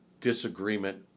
disagreement